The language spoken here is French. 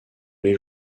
les